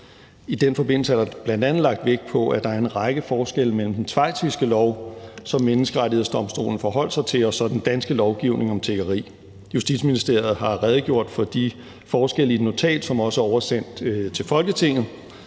I den forbindelse er der bl.a. lagt vægt på, at der er en række forskelle mellem den schweiziske lov, som Menneskerettighedsdomstolen forholdt sig til, og så den danske lovgivning om tiggeri. Justitsministeriet har redegjort for de forskelle i et notat, som også er oversendt til Folketinget.